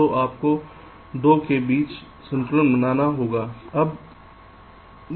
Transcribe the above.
तो आपको 2 के बीच संतुलन बनाना होगा ठीक है